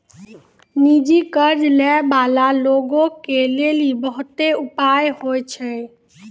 निजी कर्ज लै बाला लोगो के लेली बहुते उपाय होय छै